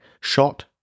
shot